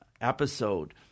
episode